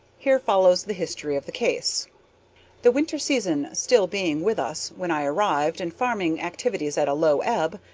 here follows the history of the case the winter season still being with us when i arrived and farming activities at a low ebb,